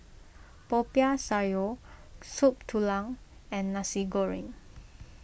Popiah Sayur Soup Tulang and Nasi Goreng